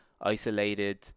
isolated